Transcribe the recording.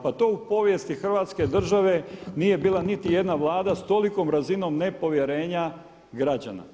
Pa to u povijesti Hrvatske države nije bila niti jedna Vlada s tolikom razinom nepovjerenja građana.